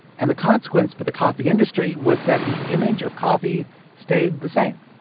and the consequence for the coffee industry was that the image of coffee stayed the same.